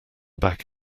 back